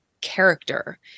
character